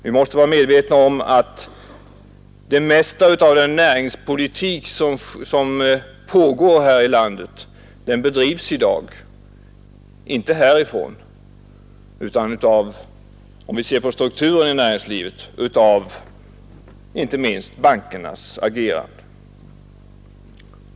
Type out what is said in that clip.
Vi bör vara medvetna om att det mesta av den näringspolitik, som förs här i landet i dag, inte bedrivs härifrån utan, om vi ser på strukturen i näringslivet, av inte minst bankernas agerande.